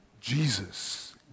Jesus